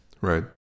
Right